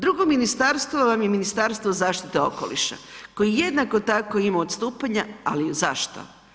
Drugo ministarstvo vam je Ministarstvo zaštite okoliša koji jednako tako ima odstupanja, ali zašto?